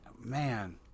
man